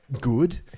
good